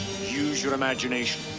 use your imagination.